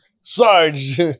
Sarge